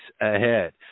ahead